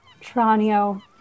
Tranio